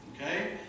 Okay